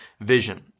vision